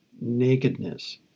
nakedness